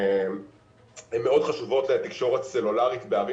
הן מאוד חשובות לתקשורת סלולרית בערים